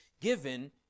given